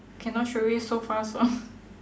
cannot straight away so fast [one]